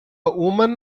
woman